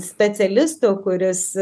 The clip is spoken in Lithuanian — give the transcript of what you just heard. specialistu kuris